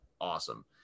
awesome